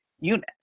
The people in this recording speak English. unit